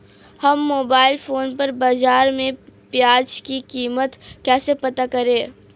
हम mobile phone पर बाज़ार में प्याज़ की कीमत कैसे पता करें?